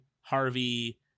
Harvey